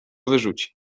wyrzuci